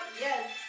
yes